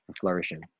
flourishing